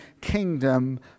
kingdom